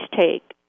take